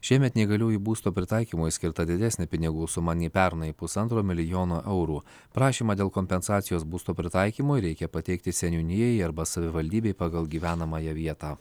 šiemet neįgaliųjų būstų pritaikymui skirta didesnė pinigų suma nei pernai pusantro milijono eurų prašymą dėl kompensacijos būsto pritaikymui reikia pateikti seniūnijai arba savivaldybei pagal gyvenamąją vietą